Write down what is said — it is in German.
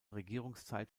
regierungszeit